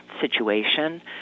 situation